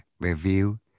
review